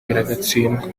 biragatsindwa